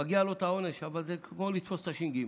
מגיע לו העונש, אבל זה כמו לתפוס את הש"ג,